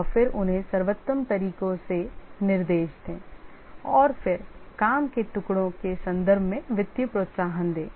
और फिर उन्हें सर्वोत्तम तरीकों से निर्देश दें और फिर काम के टुकड़ों के संदर्भ में वित्तीय प्रोत्साहन दें